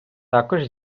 також